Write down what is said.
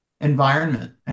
environment